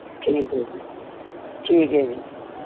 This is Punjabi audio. ਠੀਕ ਹੈ ਜੀ ਠੀਕ ਹੈ ਜੀ